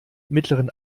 mittleren